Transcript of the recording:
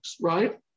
right